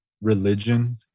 religion